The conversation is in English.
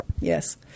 yes